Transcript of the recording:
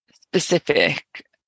specific